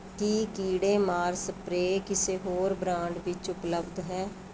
ਕੀ ਕੀੜੇ ਮਾਰ ਸਪਰੇਅ ਕਿਸੇ ਹੋਰ ਬ੍ਰਾਂਡ ਵਿੱਚ ਉਪਲਬਧ ਹੈ